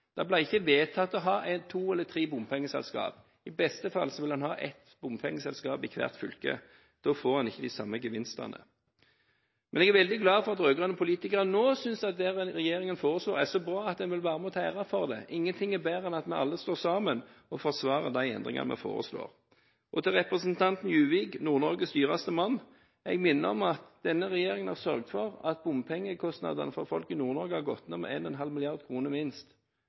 Da får man ikke de samme gevinstene. Men jeg er veldig glad for at rød-grønne politikere nå synes at det regjeringen foreslår, er så bra at en vil være med å ta æren for det. Ingenting er bedre enn at vi alle står sammen og forsvarer de endringer vi foreslår. Til representanten Juvik – Nord-Norges dyreste mann: Jeg vil minne om at denne regjeringen har sørget for at bompengekostnadene for folk i Nord-Norge har gått ned med minst 1,5 mrd. kr. Det er ganske mye penger, kanskje ikke for en stortingsrepresentant for Nord-Norge, men jeg tror at næringslivet vil merke det. Representanten Heikki Eidsvoll Holmås har hatt ordet to ganger tidligere i debatten og